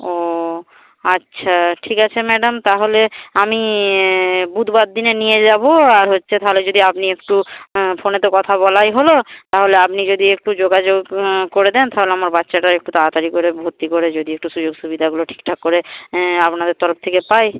ও আচ্ছা ঠিক আছে ম্যাডাম তাহলে আমি বুধবার দিনে নিয়ে যাবো আর হচ্ছে তাহলে যদি আপনি একটু ফোনে তো কথা বলাই হলো তাহলে আপনি যদি একটু যোগাযোগ করে দেন তাহলে আমার বাচ্চাটা একটু তাড়াতাড়ি করে ভর্তি করে যদি একটু সুযোগ সুবিধাগুলো ঠিকঠাক করে আপনাদের তরফ থেকে পাই